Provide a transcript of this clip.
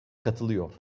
katılıyor